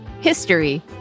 History